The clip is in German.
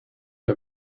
der